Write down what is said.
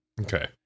Okay